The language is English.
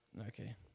Okay